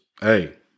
hey